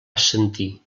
assentir